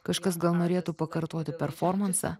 kažkas gal norėtų pakartoti performansą